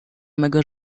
mego